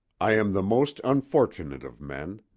i am the most unfortunate of men.